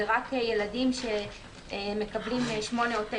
מדובר רק בילדים שמקבלים 8 9